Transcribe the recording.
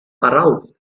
aroused